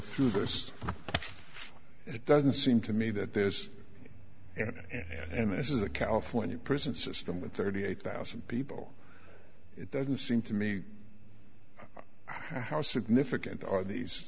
through this it doesn't seem to me that this and this is a california prison system with thirty eight thousand people it doesn't seem to me how significant are these